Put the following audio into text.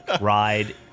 ride